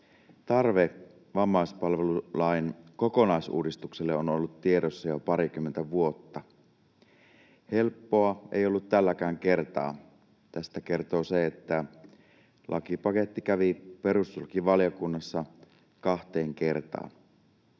Tarve vammaispalvelulain kokonaisuudistukselle on ollut tiedossa jo parikymmentä vuotta. Helppoa ei ollut tälläkään kertaa. Tästä kertoo se, että lakipaketti kävi perustuslakivaliokunnassa kahteen kertaan.